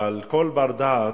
אבל כל בר-דעת,